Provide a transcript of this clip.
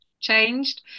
changed